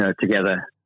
together